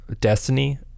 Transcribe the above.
Destiny